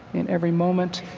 in every moment,